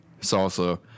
salsa